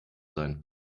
sein